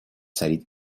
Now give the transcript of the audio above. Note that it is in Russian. царит